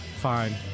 fine